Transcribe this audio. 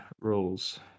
rules